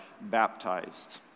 baptized